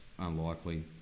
Unlikely